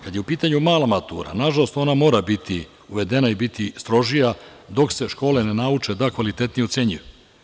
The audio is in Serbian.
Kada je u pitanju mala matura, nažalost, ona mora biti uvedena i mora biti strožija dok se škole ne nauče da kvalitetnije ocenjuju.